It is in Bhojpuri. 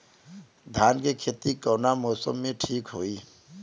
धान के खेती कौना मौसम में ठीक होकी?